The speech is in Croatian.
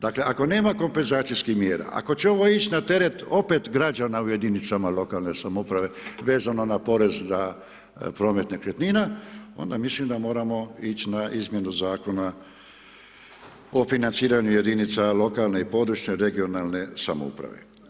Dakle ako nema kompenzacijskih mjera, ako će ovo ići na teret opet građana u jedinicama lokalne samouprave vezano na porez na promet nekretnina, onda mislim da moramo ići na izmjenu zakona o financiranju jedinica lokalne i područne (regionalne) samouprave.